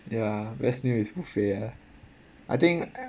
ya best meal is buffet ah I think